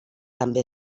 també